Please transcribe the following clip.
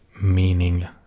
meaning